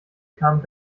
bekam